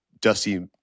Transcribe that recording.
Dusty